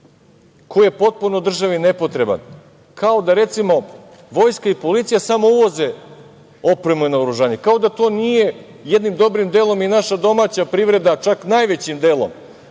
koji je potpuno državi nepotreban, kao da, recimo, vojska i policija samo uvoze opremu i naoružanje, kao da to nije jednim dobrim delom i naša domaća privreda, čak najvećim delom,